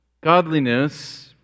Godliness